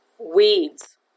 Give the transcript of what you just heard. weeds